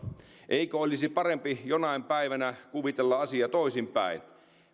eikö olisi parempi jonain päivänä kuvitella asia toisin päin